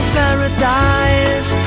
paradise